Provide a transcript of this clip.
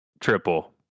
Triple